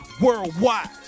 worldwide